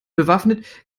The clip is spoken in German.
bewaffnet